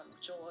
joy